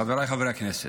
חבריי חברי הכנסת,